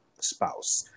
spouse